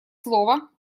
слово